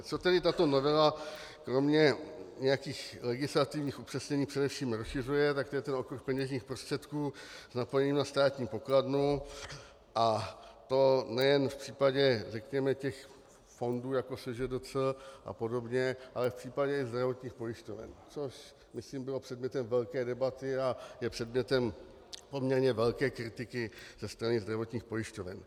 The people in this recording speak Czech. Co tedy tato novela kromě nějakých legislativních upřesnění především rozšiřuje, tak to je okruh peněžních prostředků napojených na státní pokladnu, a to nejen v případě řekněme těch fondů, jako je SŽDC a podobně, ale v případě zdravotních pojišťoven, což myslím bylo předmětem velké debaty a je předmětem poměrně velké kritiky ze strany zdravotních pojišťoven.